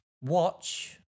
Watch